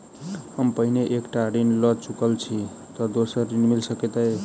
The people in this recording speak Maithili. हम पहिने एक टा ऋण लअ चुकल छी तऽ दोसर ऋण मिल सकैत अई?